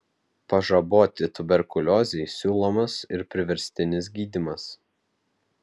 pažaboti tuberkuliozei siūlomas ir priverstinis gydymas